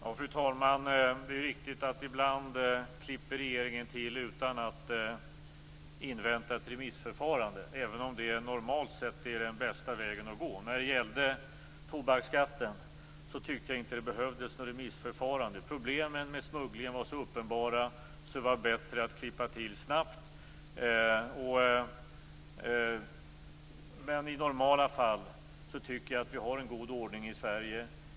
Fru talman! Det är riktigt att regeringen ibland klipper till utan att invänta ett remissförfarande, även om det normalt sett är den bästa vägen att gå. När det gällde tobaksskatten tyckte jag inte att det behövdes något remissförfarande. Problemen med smugglingen var så uppenbara att det var bättre att klippa till snabbt. I normala fall tycker jag att vi har en god ordning i Sverige.